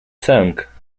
sęk